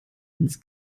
ins